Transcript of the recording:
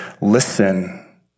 listen